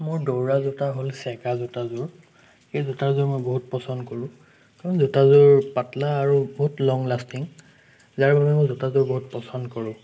মোৰ দৌৰা জোতা হ'ল ছেগা জোতা যোৰ এই জোতা যোৰ মই বহুত পচন্দ কৰোঁ কাৰণ জোতা যোৰ পাতলা আৰু লং লাষ্টিং যাৰ বাবে মই জোতা যোৰ বহুত পচন্দ কৰোঁ